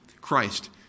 Christ